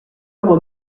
hommes